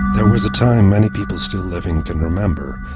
there was a time many people still living can remember,